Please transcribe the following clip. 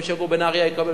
מי שיגור בנהרייה, יקבל.